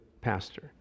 pastor